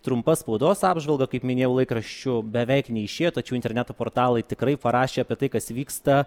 trumpa spaudos apžvalga kaip minėjau laikraščių beveik neišėjo tačiau interneto portalai tikrai parašė apie tai kas vyksta